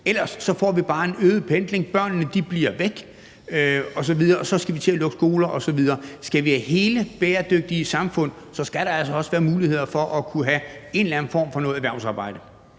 ellers får vi bare en øget pendling, børnene flytter væk osv., og så skal vi til at lukke skoler og andre ting. Skal vi have hele, bæredygtige samfund, så skal der altså også være muligheder for at kunne have en eller anden form for erhvervsarbejde.